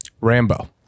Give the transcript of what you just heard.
Rambo